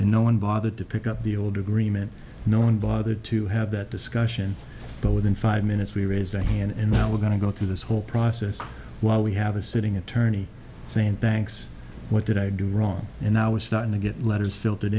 in no one bothered to pick up the old agreement no one bothered to have that discussion but within five minutes we raised a hand and now we're going to go through this whole process while we have a sitting attorney saying banks what did i do wrong and now we're starting to get letters filtered